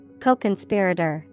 Co-conspirator